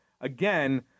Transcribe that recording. Again